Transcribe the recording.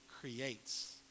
creates